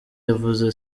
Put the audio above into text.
yavuze